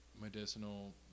medicinal